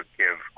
give